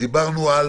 דיברנו על